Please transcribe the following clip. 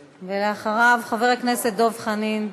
ואחריו, חבר הכנסת דב חנין.